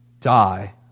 die